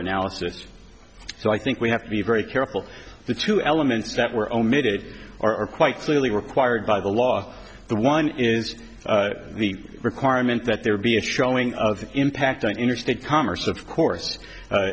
analysis so i think we have to be very careful the two elements that were omitted are quite clearly required by the law the one is the requirement that there be a showing of impact on interstate commerce of course